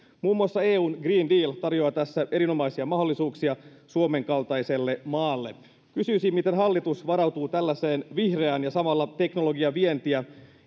muun muassa eun green deal tarjoaa tässä erinomaisia mahdollisuuksia suomen kaltaiselle maalle kysyisin miten hallitus varautuu tällaiseen vihreään ja samalla teknologiavientiä